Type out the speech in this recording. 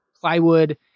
plywood